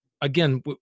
again